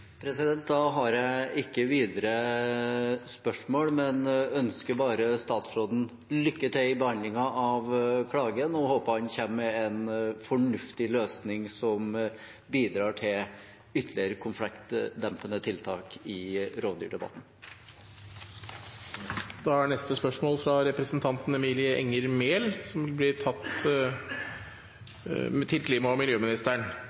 Da har jeg ikke videre spørsmål, men ønsker bare statsråden lykke til i behandlingen av klagen og håper han kommer med en fornuftig løsning som bidrar til ytterligere konfliktdempende tiltak i rovdyrdebatten. Takk. Dette spørsmålet, fra representanten Emilie Enger Mehl til klima- og miljøministeren, vil bli tatt